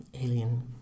alien